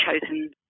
chosen